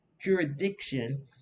jurisdiction